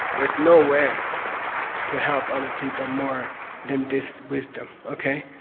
there's no way to help other people more than this wisdom, okay?